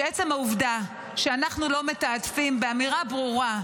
שעצם העובדה שאנחנו לא מתעדפים באמירה ברורה,